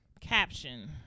caption